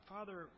Father